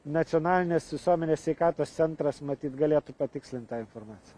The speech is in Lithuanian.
nacionalinės visuomenės sveikatos centras matyt galėtų patikslint tą informaciją